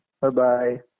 Bye-bye